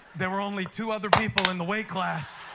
there were only two other people in the weight class,